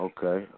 Okay